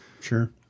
Sure